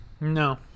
No